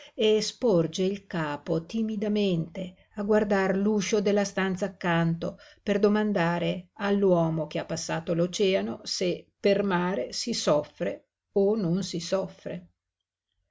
e sporge il capo timidamente a guardar l'uscio della stanza accanto per domandare all'uomo che ha passato l'oceano se per mare si soffre o non si soffre